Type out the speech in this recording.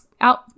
out